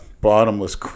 bottomless